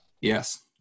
Yes